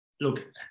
look